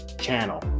channel